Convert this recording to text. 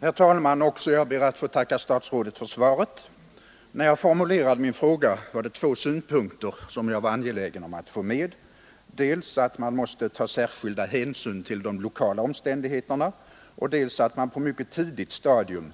Herr talman! Också jag ber att få tacka statsrådet för svaret. När jag formulerade min fråga var det två synpunkter som jag var angelägen om att få med: dels att man måste ta särskild hänsyn till de lokala omständigheterna, dels att man